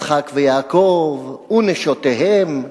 יצחק ויעקב ונשותיהם,